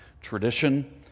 tradition